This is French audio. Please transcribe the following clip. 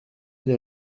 les